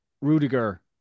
Rudiger